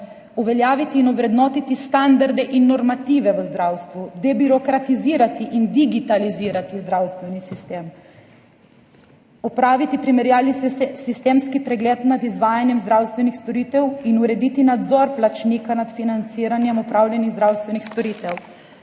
uveljaviti in ovrednotiti standarde in normative v zdravstvu, debirokratizirati in digitalizirati zdravstveni sistem, opraviti primerjalni sistemski pregled nad izvajanjem zdravstvenih storitev in urediti nadzor plačnika nad financiranjem opravljenih zdravstvenih storitev,